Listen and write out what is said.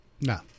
No